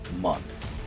month